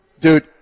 dude